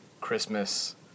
Christmas